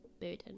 burden